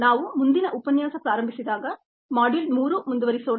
ನಾವು ಮುಂದಿನ ಉಪನ್ಯಾಸ ಪ್ರಾರಂಭಿಸಿದಾಗ ಮಾಡ್ಯೂಲ್ 3 ಮುಂದುವರಿಸೋಣ